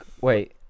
Wait